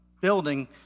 building